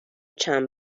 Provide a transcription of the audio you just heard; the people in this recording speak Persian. چند